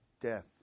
death